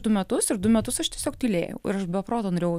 du metus ir du metus aš tiesiog tylėjau ir aš be proto norėjau